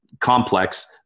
complex